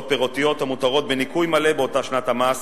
פירותיות המותרות בניכוי מלא באותה שנת המס